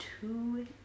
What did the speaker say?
two